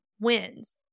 wins